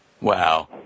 Wow